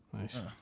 Nice